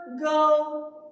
go